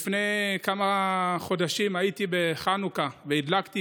לפני כמה חודשים הייתי בחנוכה והדלקתי